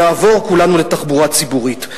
נעבור כולנו לתחבורה ציבורית.